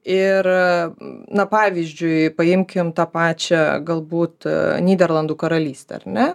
ir na pavyzdžiui paimkim tą pačią galbūt nyderlandų karalystę ar ne